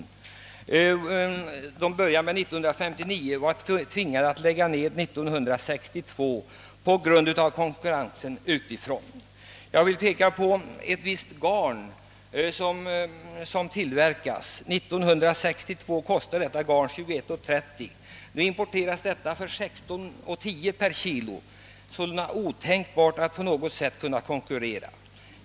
Man började 1959 och var tvingad att lägga ned tillverkningen 1962 på grund av konkurrensen utifrån. Ett visst garn som framställdes vid företaget kostade 1962 21:30. Nu importeras detta garn för 16:10 per kilo. Det är sålunda otänkbart att konkurrera.